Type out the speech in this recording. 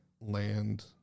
land